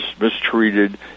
mistreated